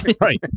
right